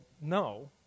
no